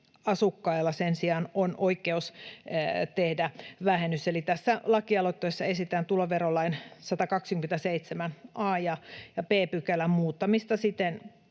omakotitaloasukkailla sen sijaan on oikeus tehdä vähennys, eli tässä lakialoitteessa esitetään tuloverolain 127 a ja b §:n muuttamista siten,